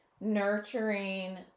nurturing